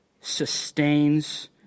sustains